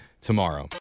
tomorrow